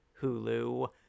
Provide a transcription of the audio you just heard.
Hulu